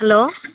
hello